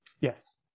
Yes